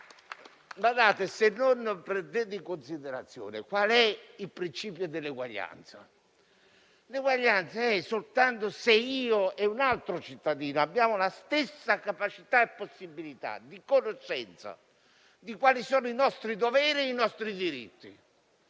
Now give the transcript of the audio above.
Prendete in considerazione qual è il principio dell'eguaglianza, la quale si verifica soltanto se io e un altro cittadino abbiamo la stessa capacità e la stessa possibilità di conoscenza di quali sono i nostri doveri e i nostri diritti;